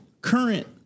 current